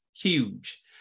huge